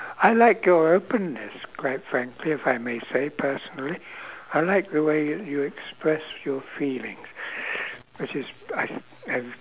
I like your openness quite frankly if I may say personally I like the way you you express your feelings which is I th~ I